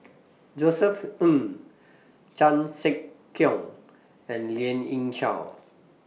Josef Ng Chan Sek Keong and Lien Ying Chow